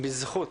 בזכות